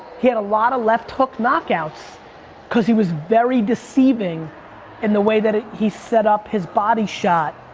he had a lot of left hook knockouts cause he was very deceiving in the way that he set up his body shot.